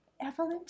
Evelyn